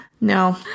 No